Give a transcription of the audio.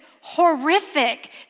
horrific